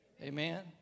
Amen